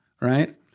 Right